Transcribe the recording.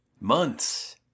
months